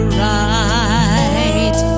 right